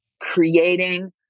creating